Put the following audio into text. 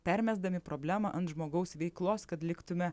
permesdami problemą ant žmogaus veiklos kad liktume